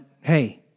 hey